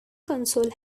console